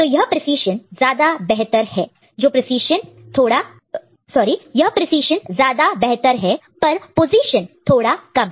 तो यहां प्रीसिज़न ज्यादा बेहतर है पर पोजीशन थोड़ा कम है